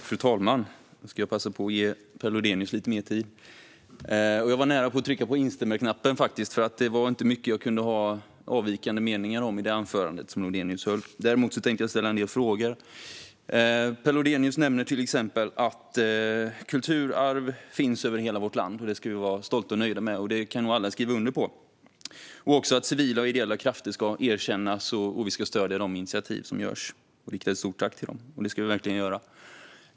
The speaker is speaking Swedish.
Fru talman! Då ska jag passa på att ge Per Lodenius lite mer tid. Jag var faktiskt nära att trycka på instämmandeknappen, för det var inte mycket som jag kunde ha avvikande meningar om i Lodenius anförande. Däremot tänker jag ställa en del frågor. Per Lodenius nämner till exempel att kulturarv finns över hela vårt land och att det ska vi vara stolta och nöjda med. Det kan nog alla skriva under på. Han säger också att civila och ideella krafter ska erkännas, att vi ska stödja de initiativ som de tar och rikta ett stort tack till dem. Det ska vi verkligen göra.